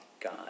God